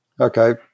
Okay